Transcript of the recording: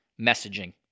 messaging